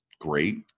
great